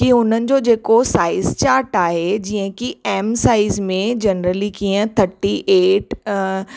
कि उन्हनि जो जेको साइज़ चार्ट आहे जीअं कि एम साइज़ में जनरली कीअं थर्टी एट